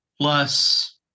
plus